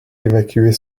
évacuer